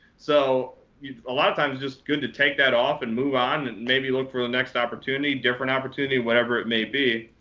so a lot of times it's just good to take that off, and move on, and maybe look for the next opportunity, different opportunity, whatever it may be.